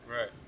Right